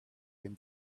him